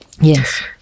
Yes